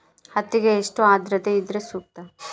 ಹತ್ತಿಗೆ ಎಷ್ಟು ಆದ್ರತೆ ಇದ್ರೆ ಸೂಕ್ತ?